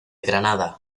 granada